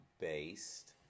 based